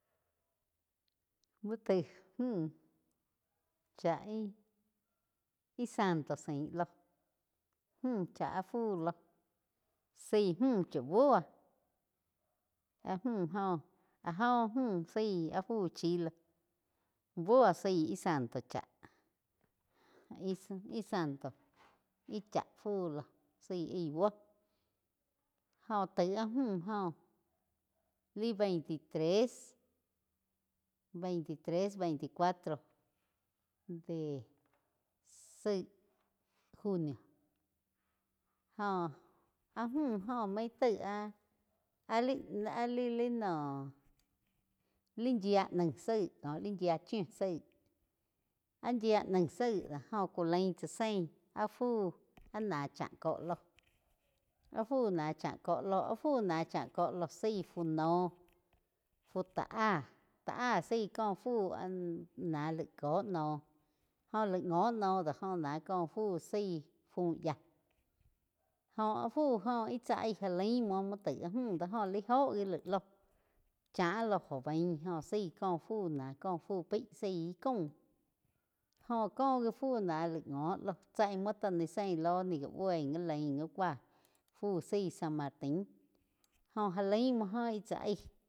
Muo taig múh chá íh santo sain ló múh chá áh fú loh sái múh chá búo áh múh joh áh joh múh saí áh fu. Fu chi lo buo saí íh santo chá íh-íh santo íh chá fu loh saí aih búo jo taig áh múh joh li veinte tres, veinte tres, veinte cuatro de zaig junio jó áh múh joh maín taig áh lí-lí noh li yia naih zaig koh li yia chiu zaig áh yia naig zaig do joh ku lain tsá zein áh fu áh náh chá ko ló áh fu náh chá coh loh zaí fu noh fu tá áh tá áh zaí có fu áh náh laig koh noh joh laig ngo no do joh náh ko fu zaí fú úh yáh jó. Áh fu óh íh cháh aih ja laim muo, muo taig áh múh do jó laí lóh gi laig loh chá lo go bain joh zaí co fu náh cóh fu paí zaí íh caum jóh có gi fuu ná laig ngo loh chá ih muo tá sein ló búoi gá lain gá cúoa fuu zaí san martin jo já laim muo joh íh tsá aig.